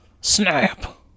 Snap